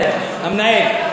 המנהל.